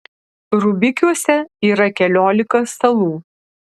rubikiuose yra keliolika salų